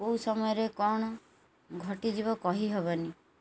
କେଉଁ ସମୟରେ କ'ଣ ଘଟିଯିବ କହିହେବନି